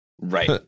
Right